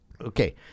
Okay